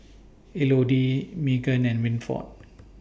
Elodie Meagan and Winford